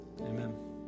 amen